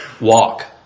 walk